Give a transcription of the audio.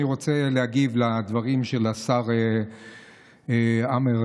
אני רוצה להגיב על הדברים של השר חמד עמאר,